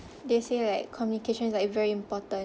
they say like communication is like very important